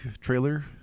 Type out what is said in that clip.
trailer